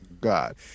God